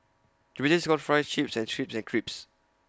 the British calls Fries Chips and Chips Crisps